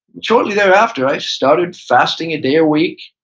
shortly thereafter, i started fasting a day a week.